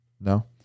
No